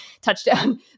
touchdown